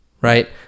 right